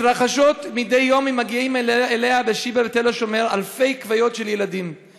מדי יום מגיעים אליה לשיבא בתל-השומר אלפי ילדים עם כוויות.